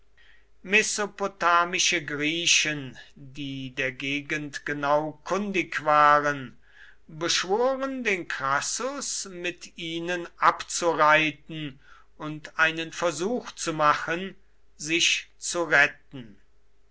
mesopotamische griechen die der gegend genau kundig waren beschworen den crassus mit ihnen abzureiten und einen versuch zu machen sich zu retten